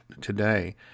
today